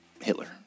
Hitler